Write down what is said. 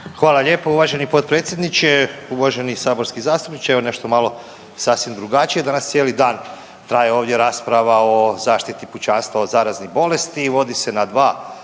Hvala lijepo uvaženi potpredsjedniče, uvaženi saborski zastupniče. Evo nešto malo sasvim drugačije. Danas cijeli dan traje ovdje rasprava o zaštiti pučanstva od zaraznih bolesti, vodi se na dva